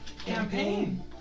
Campaign